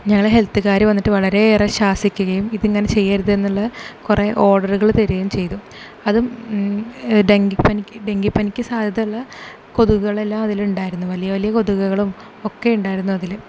ഞങ്ങളെ ഹെൽത്തുകാർ വന്നിട്ട് വളരെയേറെ ശാസിക്കുകയും ഇതിങ്ങനെ ചെയ്യരുതെന്നുള്ള കുറേ ഓഡറുകൾ തരുകയും ചെയ്തു അതും ഡെങ്കിപ്പനിക്ക് ഡെങ്കിപ്പനിക്ക് സാധ്യതയുള്ള കൊതുകുകളെല്ലാം അതിലുണ്ടായിരുന്നു വലിയ വലിയ കൊതുകുകളും ഒക്കെയുണ്ടായിരുന്നു അതിൽ